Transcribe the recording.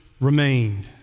remained